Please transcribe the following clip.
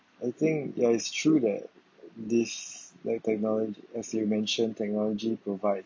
I think ya it's true that this like technology as you mention technology provides